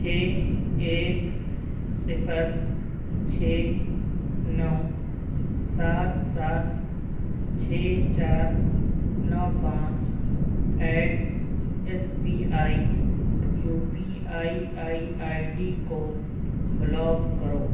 چھ ایک صفر چھ نو سات سات چھ چار نو پانچ at S B I U P I I I D کو بلاک کرو